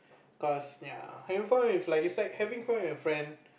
cause ya having fun with it's like having fun with your friend